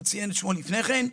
שהוא ציין את שמו לפני כן.